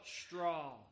straw